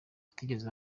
batigeze